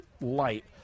light